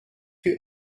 you